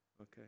Okay